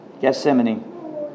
Gethsemane